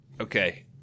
okay